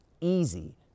easy